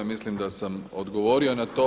Mislim da sam odgovorio na to.